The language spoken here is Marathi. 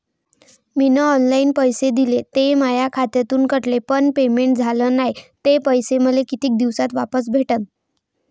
मीन ऑनलाईन पैसे दिले, ते माया खात्यातून कटले, पण पेमेंट झाल नायं, ते पैसे मले कितीक दिवसात वापस भेटन?